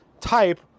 type